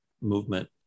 movement